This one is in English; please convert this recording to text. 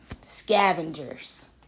Scavengers